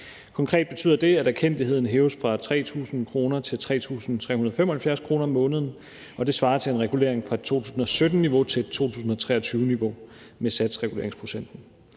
Konkret betyder det, at erkendtligheden hæves fra 3.000 kr. til 3.375 kr. om måneden, og det svarer til en regulering fra 2017-niveau til 2023-niveau med satsreguleringsprocenten.